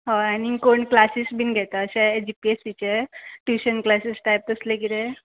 हय आनी कोण क्लासीस बीन घेता अशे जी पी एस सीचे ट्युशन क्लासीस टायप तसले किते